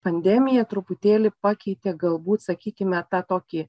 pandemija truputėlį pakeitė galbūt sakykime tą tokį